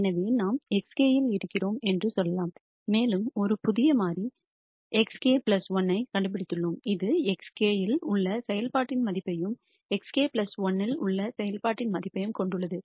எனவே நாம் xk இல் இருக்கிறோம் என்று சொல்லலாம் மேலும் ஒரு புதிய மாறி xk 1 ஐக் கண்டுபிடித்துள்ளோம் இது xk இல் உள்ள செயல்பாட்டின் மதிப்பையும் xk 1 இல் உள்ள செயல்பாட்டின் மதிப்பையும் கொண்டுள்ளது